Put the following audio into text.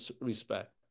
respect